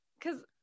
Cause